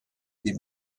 des